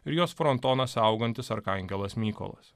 ir jos frontoną saugantis arkangelas mykolas